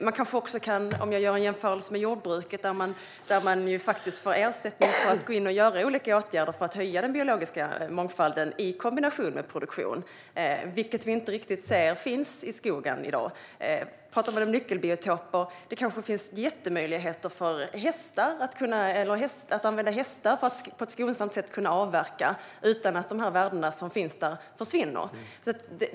Om jag ska jämföra med jordbruket får man där ersättning för olika åtgärder som höjer den biologiska mångfalden i kombination med produktion. Den möjligheten ser vi inte riktigt finns i skogen i dag. När det gäller nyckelbiotoper kanske det finns jättemöjligheter att använda hästar för att avverka skog på ett skonsamt sätt så att inte värdena som finns där försvinner.